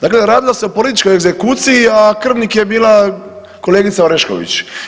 Dakle, radilo se o političkoj egzekuciji, a krvnik je bila kolegica Orešković.